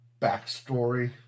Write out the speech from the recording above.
backstory